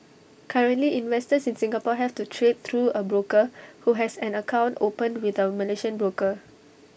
currently investors in Singapore have to trade through A broker who has an account opened with A Malaysian broker